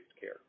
care